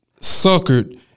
suckered